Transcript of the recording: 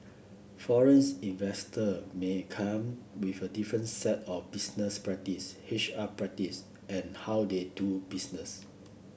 foreign investor may come with a different set of business practice H R practice and how they do business